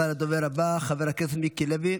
הדובר הבא, חבר הכנסת מיקי לוי,